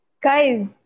Guys